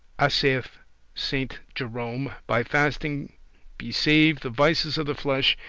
assaith saint jerome, by fasting be saved the vices of the flesh,